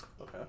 Okay